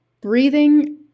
Breathing